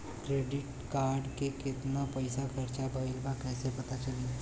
Credit card के कितना पइसा खर्चा भईल बा कैसे पता चली?